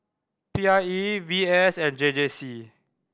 P I E V S and J J C